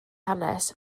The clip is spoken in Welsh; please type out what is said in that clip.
hanes